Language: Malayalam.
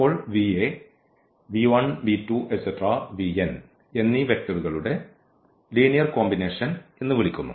അപ്പോൾ v യെ എന്നീ വെക്റ്ററുകളുടെ ലീനിയർ കോമ്പിനേഷൻ എന്ന് വിളിക്കുന്നു